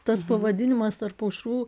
tas pavadinimas tarp aušrų